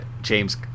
James